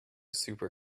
super